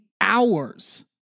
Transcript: hours